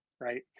right